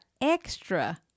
extra